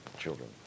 children